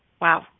Wow